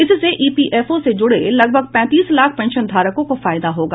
इससे ईपीएफओ से जुड़े लगभग पैंतीस लाख पेंशन धारकों को फायदा होगा